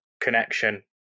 connection